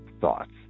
thoughts